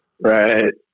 Right